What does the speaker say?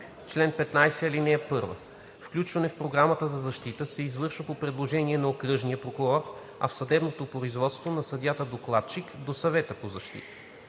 Чл. 15. (1) Включване в Програмата за защита се извършва по предложение на окръжния прокурор, а в съдебното производство – на съдията-докладчик, до Съвета по защита.